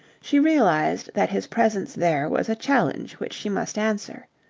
she realized that his presence there was a challenge which she must answer.